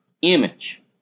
image